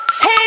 Hey